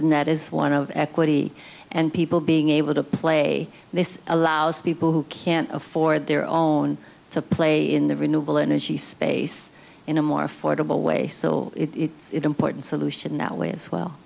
and that is one of equity and people being able to play this allows people who can afford their own to play in the renewable energy space in a more affordable way so it's important solution that way as well